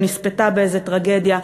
נספתה באיזה טרגדיה.